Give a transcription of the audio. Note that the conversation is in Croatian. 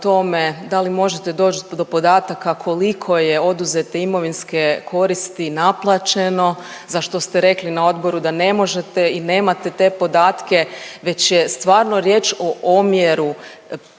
da li možete doći do podataka koliko je oduzete imovinske koristi naplaćeno za što ste rekli na odboru da ne možete i nemate te podatke, već je stvarno riječ o omjeru,